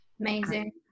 Amazing